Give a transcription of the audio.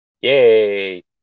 Yay